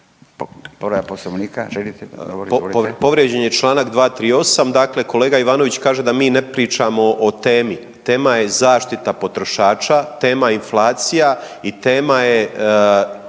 Povrijeđen je Članak 238., dakle kolega Ivanović kaže da mi ne pričamo o temi, tema je zaštita potrošača, tema je inflacija i tema je